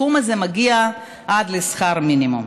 שהסכום הזה מגיע עד לשכר מינימום.